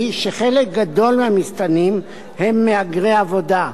היא שחלק גדול מהמסתננים הם מהגרי עבודה.